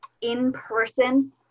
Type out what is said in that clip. in-person